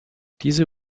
diese